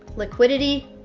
liquidity,